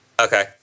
Okay